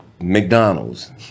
McDonald's